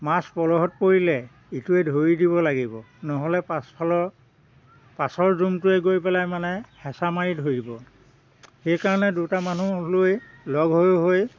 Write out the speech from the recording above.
মাছ পলহত পৰিলে ইটোৱে ধৰি দিব লাগিব নহ'লে পাছফালৰ পাছৰ যোনটোৱে গৈ পেলাই মানে হেঁচা মাৰি ধৰিব সেইকাৰণে দুটা মানুহ লৈ লগ হৈ হৈ